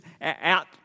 out